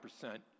percent